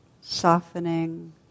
softening